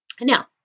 Now